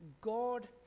God